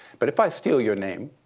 but if i steal your name,